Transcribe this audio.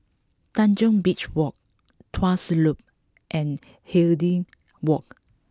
Tanjong Beach Walk Tuas Loop and Hindhede Walk